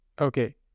Okay